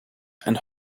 and